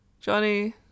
Johnny